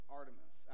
Artemis